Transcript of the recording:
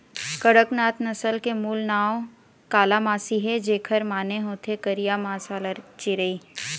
कड़कनाथ नसल के मूल नांव कालामासी हे, जेखर माने होथे करिया मांस वाला चिरई